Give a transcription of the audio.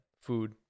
food